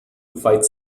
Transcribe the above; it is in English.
fights